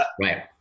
Right